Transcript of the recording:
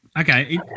Okay